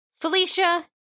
Felicia